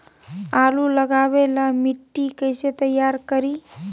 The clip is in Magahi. आलु लगावे ला मिट्टी कैसे तैयार करी?